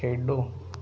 ਖੇਡੋ